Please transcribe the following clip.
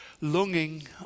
longing